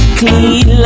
clean